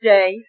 day